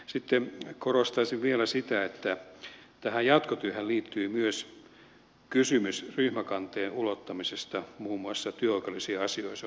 sitten korostaisin vielä sitä että tähän jatkotyöhön liittyy myös kysymys ryhmäkanteen ulottamisesta muun muassa työoikeudellisiin asioihin